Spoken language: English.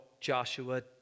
Joshua